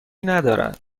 ندارد